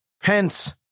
Pence